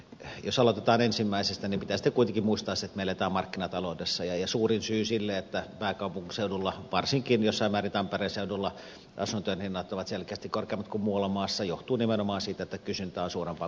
jos aloitetaan ensimmäisestä niin pitää sitten kuitenkin muistaa se että me elämme markkinataloudessa ja suurin syy sille että pääkaupunkiseudulla varsinkin jossain määrin tampereen seudulla asuntojen hinnat ovat selkeästi korkeammat kuin muualla maassa on nimenomaan se että kysyntä on suurempaa kuin tarjonta